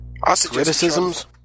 criticisms